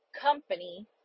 company